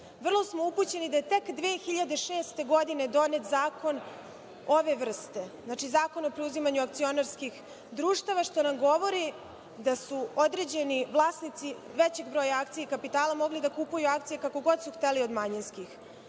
Vrlo smo upućeni da je tek 2006. godine donet zakon ove vrste, znači Zakon o preuzimanju akcionarskih društava, što nam govori da su određeni vlasnici većeg broja akcija i kapitala mogli da kupuju akcije kako god su hteli od manjinskih. Zakon